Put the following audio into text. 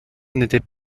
n’étaient